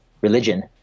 religion